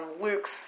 Luke's